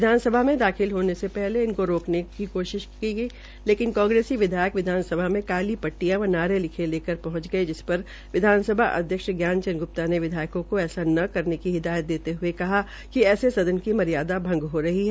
विधानसभा में दाखिल होने से पहले उनको रोकने की कोशिश भी की गई लेकिन कांग्रेसी विधायक विधानसभा में काली पटटियां व नारे लिखे लेकर पहंच गये जिस पर विधानसभा अध्यक्ष ज्ञान चंद गुप्ता ने विधायकों को ऐसा न करने की हिदायत देते हये कहा कि ऐसे सदन की मर्यादा भंग हो रही है